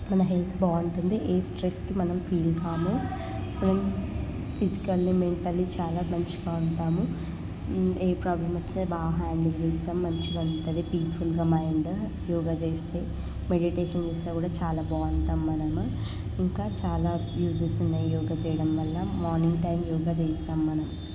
మన హెల్త్ బాగుంటుంది ఏ స్ట్రెస్కి మనం ఫీల్ కాము ఫిజికల్లీ మెంటల్లీ చాలా మంచిగా ఉంటాము ఏ ప్రాబ్లమ్ వచ్చినా బాగా హ్యాండిల్ చేస్తాం మంచిగా ఉంటుంది పీస్ఫుల్గా మైండ్ యోగా చేస్తే మెడిటేషన్ చేస్తే కూడాచాలా బాగుంటాం మనము ఇంకా చాలా యూజెస్ ఉన్నాయి యోగా చేయడం వల్ల మార్నింగ్ టైమ్ యోగా చేయిస్తాం మనం